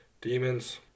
demons